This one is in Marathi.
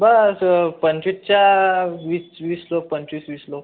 बस पंचवीसच्या वीस वीस लोक पंचवीस वीस लोक